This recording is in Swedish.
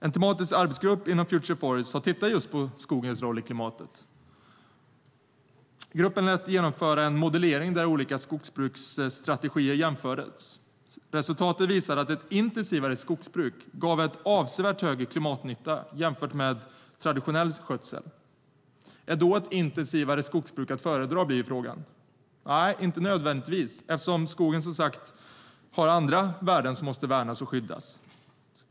En tematisk arbetsgrupp inom Future Forests har tittat på skogens roll i klimatet. Gruppen lät genomföra en modellering där olika skogsbruksstrategier jämfördes. Resultatet visar att ett intensivare skogsbruk ger avsevärt högre klimatnytta jämfört med traditionell skötsel. Är då ett intensivare skogsbruk att föredra? Nej, inte nödvändigtvis, eftersom skogen som sagt har andra värden som måste värnas och skyddas.